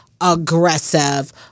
aggressive